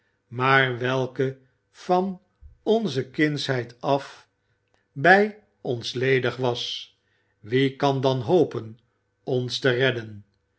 maar welke van onze kindsheid af bij ons ledig was wie kan dan hopen ons te redden